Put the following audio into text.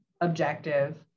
Objective